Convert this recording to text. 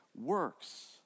works